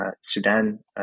Sudan